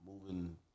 moving